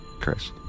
Chris